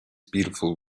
beautiful